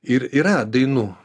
ir yra dainų